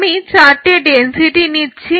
আমি চারটে ডেনসিটি নিচ্ছি